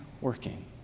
working